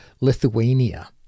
Lithuania